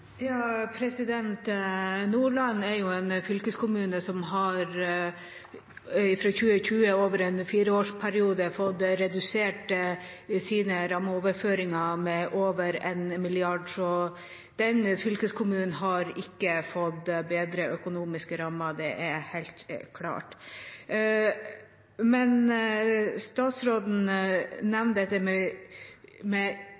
Nordland er en fylkeskommune som har – over en fireårsperiode fra 2020 – fått redusert sine rammeoverføringer med over 1 mrd. kr, så den fylkeskommunen har ikke fått bedre økonomiske rammer, det er helt klart. Statsråden nevner dette med